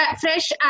fresh